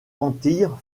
antilles